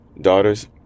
Daughters